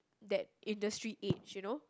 that industry age you know